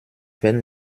wenn